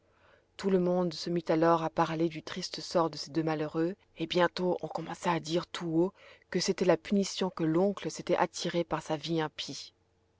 tout le monde se mit alors à parler du triste sort de ces deux malheureux et bientôt on commença à dire tout haut que c'était la punition que l'oncle s'était attirée par sa vie impie